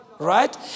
right